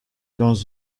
dans